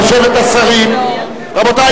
רבותי,